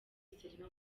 serena